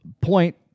point